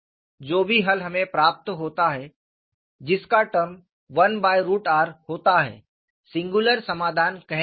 जो भी हल हमें प्राप्त होता है जिसका टर्म 1r होता है सिंगुलर समाधान कहलाता है